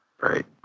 Right